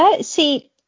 See